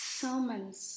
sermons